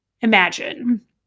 imagine